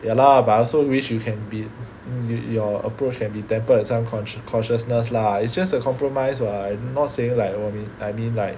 ya lah but I also wish you can be your approach can be tempered with some cautious~ cautiousness lah it's just a compromise [what] not saying like oh I mea~ I mean like